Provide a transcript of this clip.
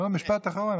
לא, משפט אחרון.